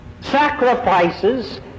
sacrifices